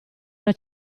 una